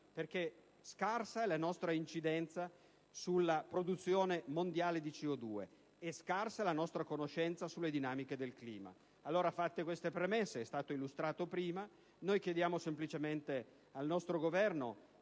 perché scarsa è la nostra incidenza sulla produzione mondiale di CO2 e scarsa è la nostra conoscenza delle dinamiche del clima. Fatte queste premesse, come è stato illustrato prima, invitiamo semplicemente il nostro Governo